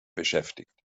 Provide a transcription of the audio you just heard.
beschäftigt